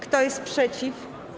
Kto jest przeciw?